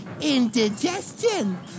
indigestion